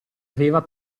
aveva